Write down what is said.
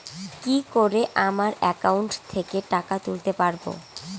কি করে আমার একাউন্ট থেকে টাকা তুলতে পারব?